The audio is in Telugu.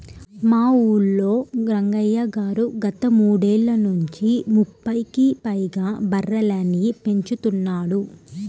మా ఊల్లో రంగయ్య గారు గత మూడేళ్ళ నుంచి ముప్పైకి పైగా బర్రెలని పెంచుతున్నాడు